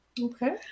Okay